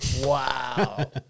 Wow